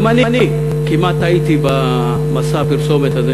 גם אני כמעט הייתי במסע הפרסומת הזה,